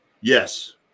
Yes